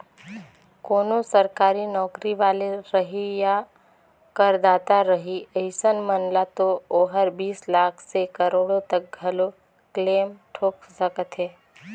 कोनो सरकारी नौकरी वाले रही या करदाता रही अइसन मन ल तो ओहर बीस लाख से करोड़ो तक घलो क्लेम ठोक सकत हे